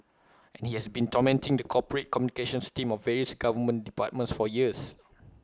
and he has been tormenting the corporate communications team of various government departments for years